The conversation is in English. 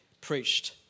preached